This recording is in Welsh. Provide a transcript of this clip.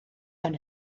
gan